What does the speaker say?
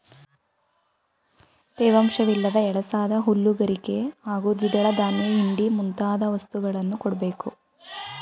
ತೇವಾಂಶವಿಲ್ಲದ ಎಳಸಾದ ಹುಲ್ಲು ಗರಿಕೆ ಹಾಗೂ ದ್ವಿದಳ ಧಾನ್ಯ ಹಿಂಡಿ ಮುಂತಾದ ವಸ್ತುಗಳನ್ನು ಕೊಡ್ಬೇಕು